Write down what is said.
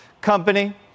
company